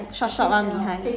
maybe a few more months ah